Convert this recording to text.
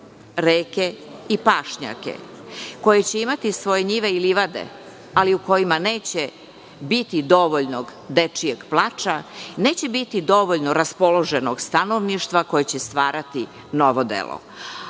reke i pašnjake, koja će imati svoje njive i livade, ali u kojima neće biti dovoljno dečijeg plača, neće biti dovoljno raspoloženog stanovništva koje će stvarati novo delo?